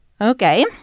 Okay